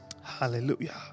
hallelujah